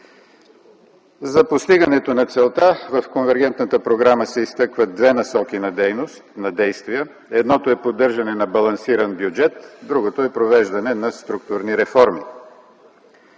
За постигането на целта в Конвергентната програма се изтъкват две насоки на действие. Едното е поддържане на балансиран бюджет, а другото – провеждане на структурни реформи.